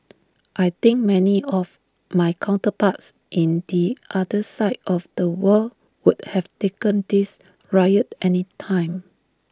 I think many of my counterparts in the other side of the world would have taken this riot any time